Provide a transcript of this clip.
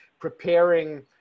preparing